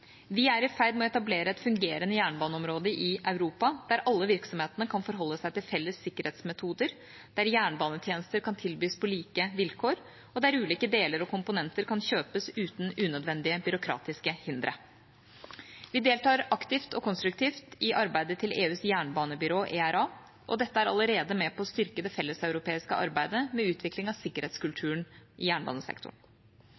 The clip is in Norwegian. Vi er i ferd med å etablere et fungerende jernbaneområde i Europa der alle virksomhetene kan forholde seg til felles sikkerhetsmetoder, der jernbanetjenester kan tilbys på like vilkår, og der ulike deler og komponenter kan kjøpes uten unødvendige byråkratiske hindre. Vi deltar aktivt og konstruktivt i arbeidet til EUs jernbanebyrå ERA, og dette er allerede med på å styrke det felleseuropeiske arbeidet med utvikling av